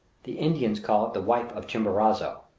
the indians call it the wife of chimborazo.